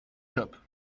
shop